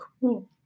cool